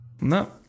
No